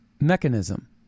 mechanism